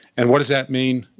and what does that mean?